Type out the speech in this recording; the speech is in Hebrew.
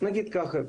נגיד ככה,